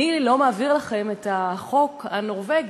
אני לא מעביר לכם את החוק הנורבגי.